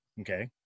Okay